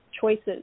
choices